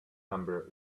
number